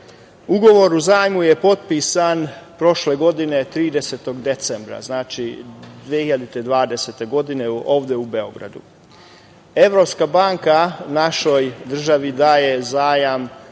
o zajmu je potpisan prošle godine, 30. decembra 2020. godine, ovde u Beogradu. Evropska banka našoj državi daje zajam,